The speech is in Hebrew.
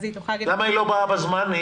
למה היא לא באה בזמן?